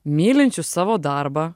mylinčius savo darbą